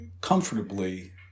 comfortably